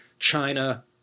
China